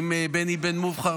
עם בני בן מובחר,